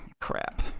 crap